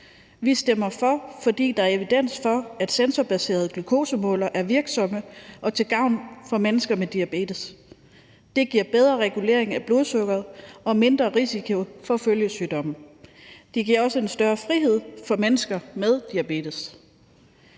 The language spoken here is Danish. Vi stemmer for, fordi der er evidens for, at sensorbaserede glukosemålere er virksomme og til gavn for mennesker med diabetes. Det giver bedre regulering af blodsukkeret og mindre risiko for følgesygdomme. Det giver også en større frihed for mennesker med diabetes.